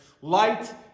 Light